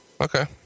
Okay